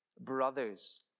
brothers